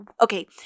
okay